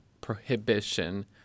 prohibition